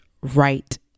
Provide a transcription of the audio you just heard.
right